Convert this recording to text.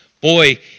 boy